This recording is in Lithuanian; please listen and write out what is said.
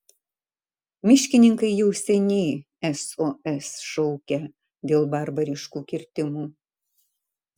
miškininkai jau seniai sos šaukia dėl barbariškų kirtimų